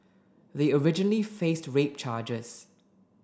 they originally faced rape charges